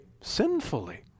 sinfully